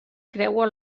creua